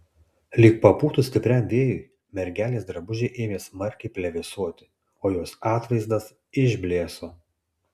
lyg papūtus stipriam vėjui mergelės drabužiai ėmė smarkiai plevėsuoti o jos atvaizdas išblėso